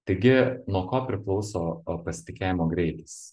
taigi nuo ko priklauso pasitikėjimo greitis